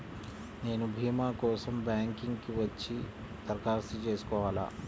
నేను భీమా కోసం బ్యాంక్కి వచ్చి దరఖాస్తు చేసుకోవాలా?